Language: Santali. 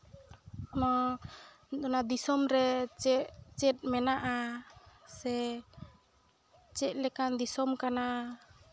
ᱚᱱᱟ ᱫᱤᱥᱚᱢ ᱨᱮ ᱪᱮᱫ ᱪᱮᱫ ᱢᱮᱱᱟᱜᱼᱟ ᱥᱮ ᱪᱮᱫ ᱞᱮᱠᱟᱱ ᱫᱤᱥᱚᱢ ᱠᱟᱱᱟ